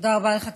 תודה רבה לך,